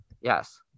yes